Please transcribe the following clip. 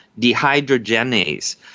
dehydrogenase